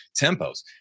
tempos